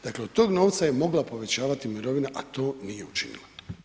Dakle od tog novca je mogla povećavati mirovina a to nije učinila.